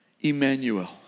Emmanuel